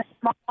small